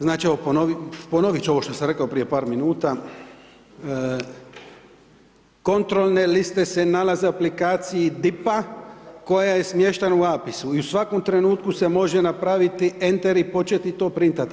Znači ponoviti ću ovo što sam rekao prije par minuta, kontrolne liste se nalaze u aplikaciji DIP-a koja je smještena u APIS-u i u svakom trenutku se može napraviti enter i početi to printati.